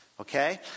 Okay